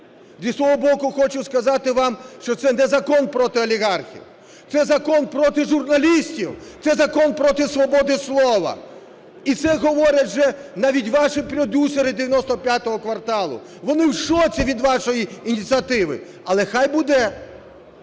боку хочу сказати вам, що це не закон проти олігархів – це закон проти журналістів, це закон проти свободи слова. І це говорять вже навіть ваші продюсери "95 кварталу". Вони в шоці від вашої ініціативи. Але хай буде.